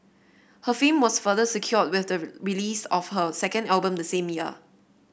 her fame was further secured with the release of her second album the same year